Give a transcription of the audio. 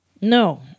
No